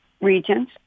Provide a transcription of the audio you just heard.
regions